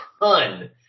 ton